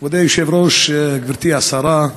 כבוד היושב-ראש, גברתי השרה,